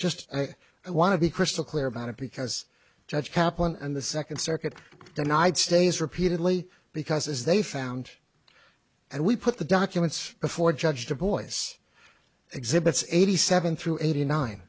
just i want to be crystal clear about it because judge kaplan and the second circuit denied stays repeatedly because as they found and we put the documents before judge boyce exhibits eighty seven through eighty nine